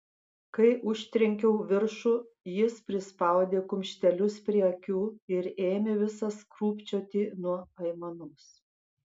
kai užtrenkiau viršų jis prispaudė kumštelius prie akių ir ėmė visas krūpčioti nuo aimanos